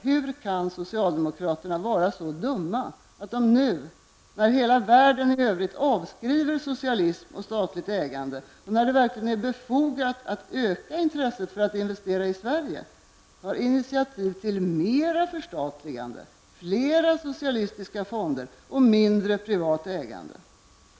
Hur kan socialdemokraterna vara så dumma att de nu -- när hela världen i övrigt avskriver socialism och statligt ägande och när det verkligen är befogat att öka intresset att investera i Sverige -- tar initiativ till mer förstatligande, fler socialistiska fonder och mindre privat ägande?